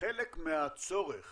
חלק מהצורך